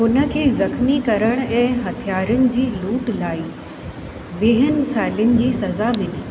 हुन खे ज़ख़्मी करणु ऐं हथियारनि जी लूट लाइ वीहनि सालनि जी सज़ा मिली